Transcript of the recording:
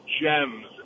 gems